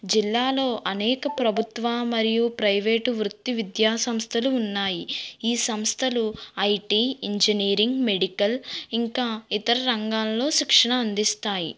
జిల్లాలో అనేక ప్రభుత్వ మరియు ప్రైవేట్ వృత్తి విద్యాసంస్థలు ఉన్నాయి ఈ సంస్థలు ఐటీ ఇంజనీరింగ్ మెడికల్ ఇంకా ఇతర రంగాల్లో శిక్షణ అందిస్తాయి